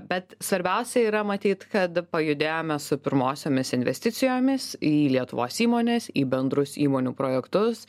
bet svarbiausia yra matyt kad pajudėjome su pirmosiomis investicijomis į lietuvos įmones į bendrus įmonių projektus